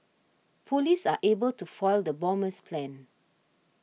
police are able to foil the bomber's plans